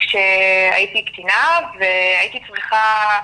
כשהייתי קטינה והייתי צריכה,